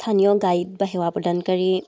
স্থানীয় গাইড বা সেৱা প্ৰদানকাৰী